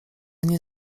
nie